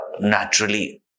naturally